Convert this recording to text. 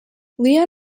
leon